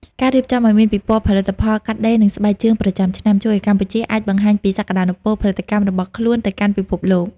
ការរៀបចំឱ្យមានពិព័រណ៍ផលិតផលកាត់ដេរ និងស្បែកជើងប្រចាំឆ្នាំ ជួយឱ្យកម្ពុជាអាចបង្ហាញពីសក្ដានុពលផលិតកម្មរបស់ខ្លួនទៅកាន់ពិភពលោក។